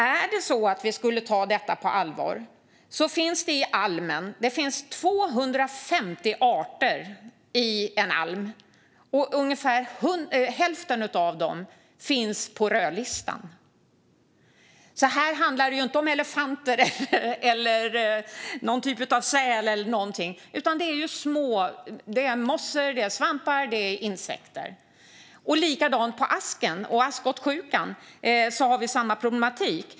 Men vi måste ta detta problem på allvar, för det finns 250 arter i en alm och hälften av dem finns på rödlistan. Här handlar det ju inte om elefanter eller någon typ av säl, utan det är mossor, svampar och insekter. Och när det gäller asken och askskottsjukan har vi samma problematik.